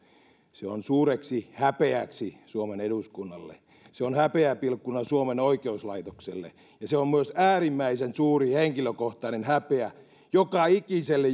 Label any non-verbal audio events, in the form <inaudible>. se on suureksi häpeäksi suomen eduskunnalle se on häpeäpilkkuna suomen oikeuslaitokselle ja se on myös äärimmäisen suuri henkilökohtainen häpeä joka ikiselle <unintelligible>